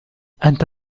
أنت